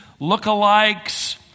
lookalikes